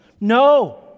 No